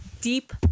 Deep